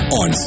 on